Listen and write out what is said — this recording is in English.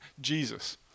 Jesus